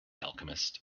alchemist